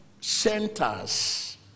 centers